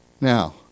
Now